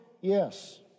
yes